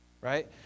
Right